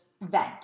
vent